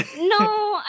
no